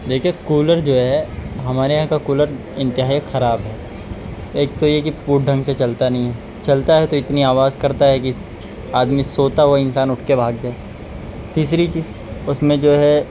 دیکھیئے cooler جو ہے ہمارے یہاں کا کولر انتہائی خراب ہے ایک تو یہ کہ ڈھنگ سے چلتا نہیں ہے چلتا ہے تو اتنی آواز کرتا ہے کہ آدمی سوتا ہوا انسان اٹھ کے بھاگ جائے تیسری چیز اس میں جو ہے